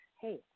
Hey